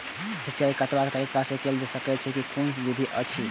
सिंचाई कतवा तरीका स के कैल सकैत छी कून कून विधि अछि?